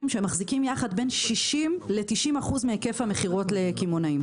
שמחזיקים יחד בין 60% ל-90% מהיקף המכירות לקמעונאים.